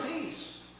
peace